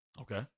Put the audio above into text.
Okay